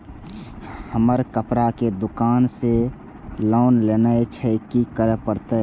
हमर कपड़ा के दुकान छे लोन लेनाय छै की करे परतै?